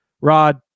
Rod